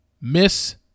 Miss